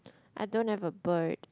I don't have a bird